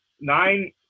nine